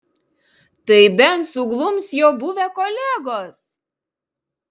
tai bent suglums jo buvę kolegos